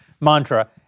mantra